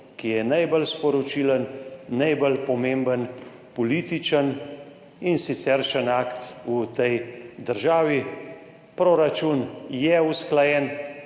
ki je najbolj sporočilen, najbolj pomemben političen in siceršnji akt v tej državi. Proračun je usklajen,